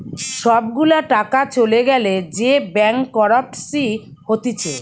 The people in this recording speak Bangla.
সব গুলা টাকা চলে গ্যালে যে ব্যাংকরপটসি হতিছে